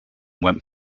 went